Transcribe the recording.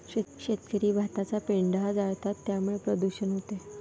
शेतकरी भाताचा पेंढा जाळतात त्यामुळे प्रदूषण होते